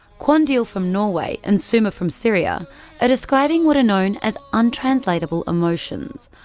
qandeel from norway and souma from syria are describing what are known as untranslatable emotions,